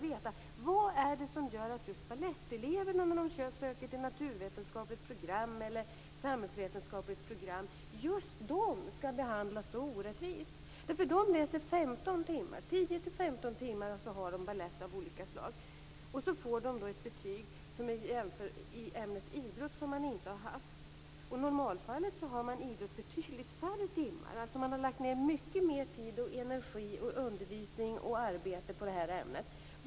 Vad är det som gör att just baletteleverna när de söker till naturvetenskapligt eller samhällsvetenskapligt program skall behandlas så orättvist? 10-15 timmar har de balett av olika slag. Men de får betyg i ämnet idrott som de inte har haft. I normalfallet har man betydligt färre timmar i ämnet idrott. Man har alltså ägnat mycket mera tid, energi, undervisning och arbete på detta ämne.